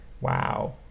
Wow